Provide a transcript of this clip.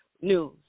news